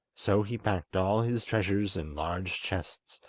so he packed all his treasures in large chests,